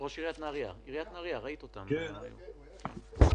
ראש עיריית נהריה, בבקשה.